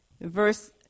Verse